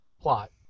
plot